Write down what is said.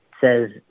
says